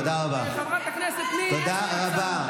תודה רבה.